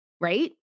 right